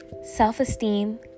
Self-esteem